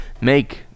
make